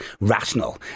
rational